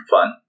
Fun